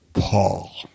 Paul